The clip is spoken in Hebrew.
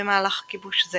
במהלך כיבוש זה